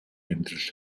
амьдрал